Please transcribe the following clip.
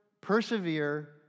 persevere